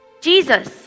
Jesus